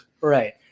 Right